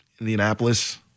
Indianapolis